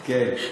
כן.